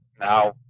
Now